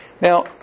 Now